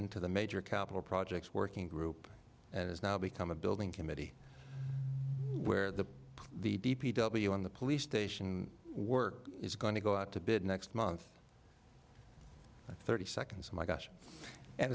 into the major capital projects working group and it's now become a building committee where the the d p w on the police station work is going to go up to bid next month thirty seconds my gosh and